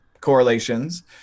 correlations